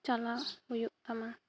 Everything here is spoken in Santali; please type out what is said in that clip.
ᱪᱟᱞᱟᱜ ᱦᱩᱭᱩᱜ ᱛᱟᱢᱟ